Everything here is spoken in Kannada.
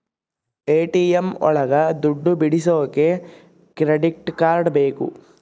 ಎ.ಟಿ.ಎಂ ಒಳಗ ದುಡ್ಡು ಬಿಡಿಸೋಕೆ ಕ್ರೆಡಿಟ್ ಕಾರ್ಡ್ ಬೇಕು